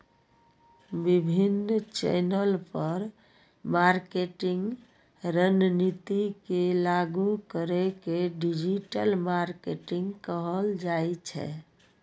विभिन्न चैनल पर मार्केटिंग रणनीति के लागू करै के डिजिटल मार्केटिंग कहल जाइ छै